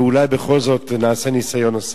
ואולי בכל זאת נעשה ניסיון נוסף.